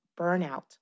burnout